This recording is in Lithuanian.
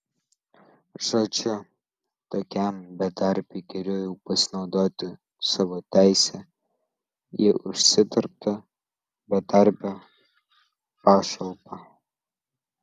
žodžiu tokiam bedarbiui geriau jau pasinaudoti savo teise į užsidirbtą bedarbio pašalpą